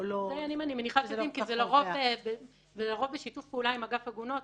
אני מניחה שהדיינים יודעים כי זה לרוב בשיתוף פעולה עם אגף עגונות,